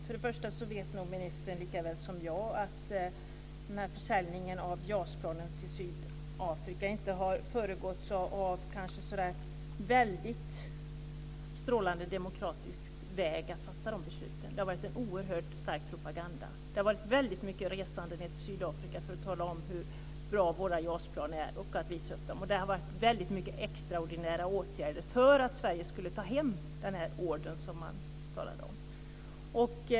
För det första vet nog ministern lika väl som jag att den här försäljningen av JAS-plan till Sydafrika kanske inte har präglats av att det varit någon strålande demokratiskt väg att fatta besluten. Det har varit en oerhört stark propaganda. Det har varit väldigt mycket resande till Sydafrika för att tala om hur bra våra JAS-plan är och för att visa upp dem. Det har varit väldigt mycket extraordinära åtgärder för att Sverige skulle ta hem den order som man talade om.